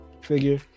figure